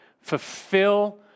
fulfill